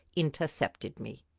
intercepted me.